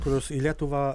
kurios į lietuvą